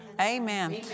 Amen